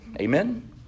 Amen